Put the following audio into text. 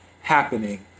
happening